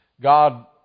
God